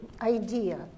idea